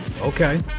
Okay